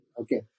okay